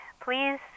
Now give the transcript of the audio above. Please